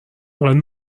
اینقدر